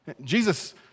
Jesus